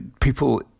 people